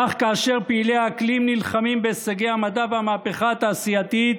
כך כאשר פעילי האקלים נלחמים בהישגי המדע והמהפכה התעשייתית,